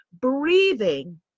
Breathing